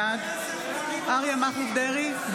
בעד אריה מכלוף דרעי,